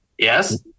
Yes